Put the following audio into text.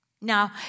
Now